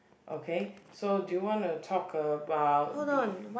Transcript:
okay so do you wanna talk about the